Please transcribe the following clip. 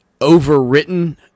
overwritten